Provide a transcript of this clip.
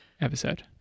episode